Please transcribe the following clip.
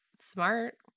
smart